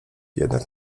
jednak